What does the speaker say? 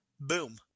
Boom